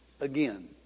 again